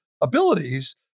abilities